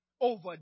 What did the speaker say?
over